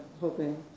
hoping